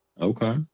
Okay